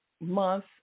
month